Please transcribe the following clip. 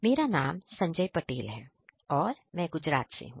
मेरा नाम संजय पटेल है और मैं गुजरात से हूं